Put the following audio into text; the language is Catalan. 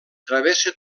travessa